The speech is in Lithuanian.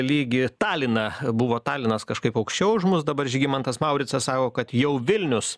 lygį taliną buvo talinas kažkaip aukščiau už mus dabar žygimantas mauricas sako kad jau vilnius